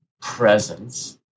presence